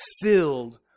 filled